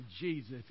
Jesus